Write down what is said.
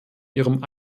ihrem